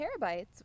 terabytes